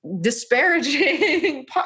disparaging